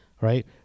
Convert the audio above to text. right